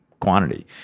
quantity